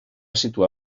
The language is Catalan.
situar